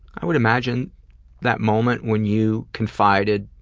i would imagine that moment when you confided